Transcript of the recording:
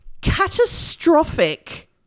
catastrophic